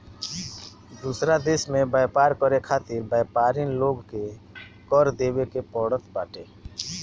दूसरा देस में व्यापार करे खातिर व्यापरिन लोग के कर देवे के पड़त बाटे